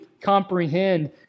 comprehend